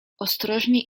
ostrożnie